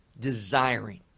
desiring